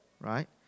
right